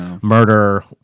murder